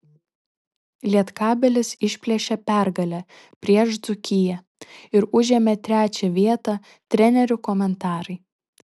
lietkabelis išplėšė pergalę prieš dzūkiją ir užėmė trečią vietą trenerių komentarai